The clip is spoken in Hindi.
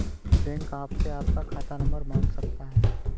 बैंक आपसे आपका खाता नंबर मांग सकता है